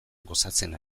gozatzen